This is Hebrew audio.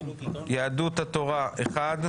יהדות התורה אחד,